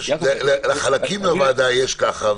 חלקים מהוועדה רואים כך,